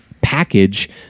package